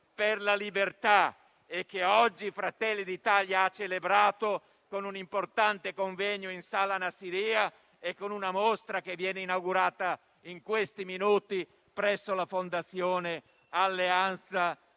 per la libertà e che oggi Fratelli d'Italia ha celebrato con un importante convegno in sala Nassirya e con una mostra che viene inaugurata in questi minuti presso la fondazione Alleanza